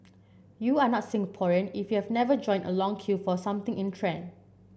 you are not Singaporean if you have never joined a long queue for something in trend